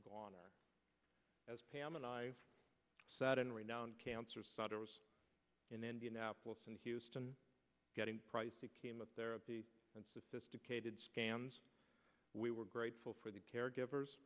earth as pam and i sat in renowned cancer in indianapolis and houston getting pricey chemotherapy and sophisticated scans we were grateful for the caregivers